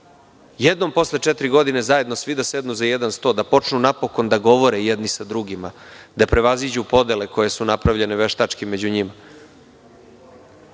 Jednom posle četiri godine zajedno svi da sednu za jedan sto, da počnu napokon da govore jedni sa drugima, da prevaziđu podele koje su napravljene veštački među njima.